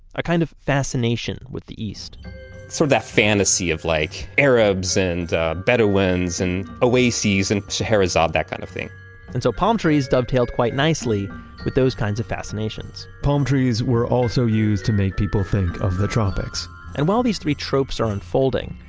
a kind of fascination with the east sort of that fantasy of like arabs and ah bedouins and oasis and scheherazade, that kind of thing and so palm trees dove-tailed quite nicely with those kinds of fascinations palm trees were also used to make people think of the tropics and while these three tropes are unfolding,